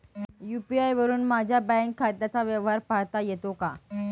UPI वरुन माझ्या bank खात्याचा व्यवहार पाहता येतो का?